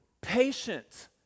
patient